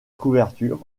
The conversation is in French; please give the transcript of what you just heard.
couverture